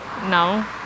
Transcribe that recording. No